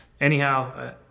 anyhow